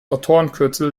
autorenkürzel